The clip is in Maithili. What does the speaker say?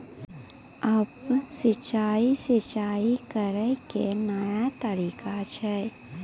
उप सिंचाई, सिंचाई करै के नया तरीका छै